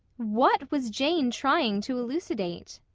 what was jane trying to elucidate?